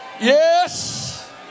Yes